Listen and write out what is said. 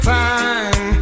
time